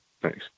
Thanks